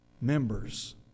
members